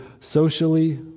socially